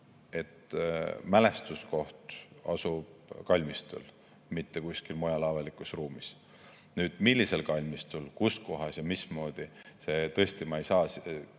et mälestuskoht asub kalmistul, mitte kuskil mujal avalikus ruumis. Millisel kalmistul, kus kohas ja mismoodi – selle kohta ma tõesti